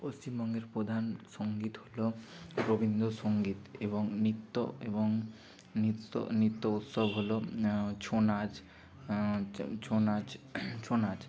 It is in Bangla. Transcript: পশ্চিমবঙ্গের প্রধান সঙ্গীত হল রবীন্দ্রসঙ্গীত এবং নৃত্য এবং নৃত্য নৃত্য উৎসব হল ছৌনাচ হচ্ছে ছৌনাচ ছৌনাচ